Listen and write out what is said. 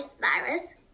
virus